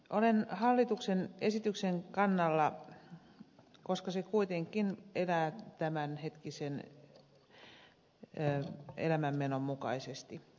olen hallituksen esityksen kannalla koska se kuitenkin elää tämänhetkisen elämänmenon mukaisesti